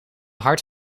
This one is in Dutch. hard